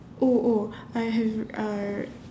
oh oh I have err